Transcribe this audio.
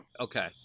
Okay